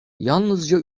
yalnızca